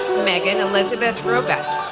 megan elizabeth robbett,